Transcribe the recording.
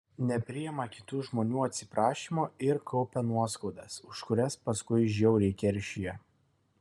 nepriima kitų žmonių atsiprašymo ir kaupia nuoskaudas už kurias paskui žiauriai keršija